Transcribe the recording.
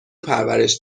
پرورش